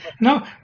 No